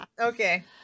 okay